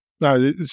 No